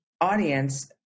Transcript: audience